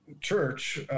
church